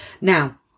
Now